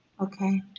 Okay